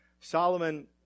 Solomon